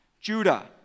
Judah